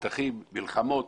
מתחים, מלחמות